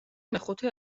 მეხუთე